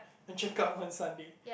and check out on Sunday